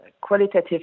qualitative